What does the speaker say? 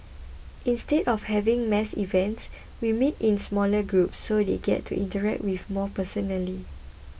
instead of having mass events we meet in smaller groups so they get to interact with more personally